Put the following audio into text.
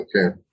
Okay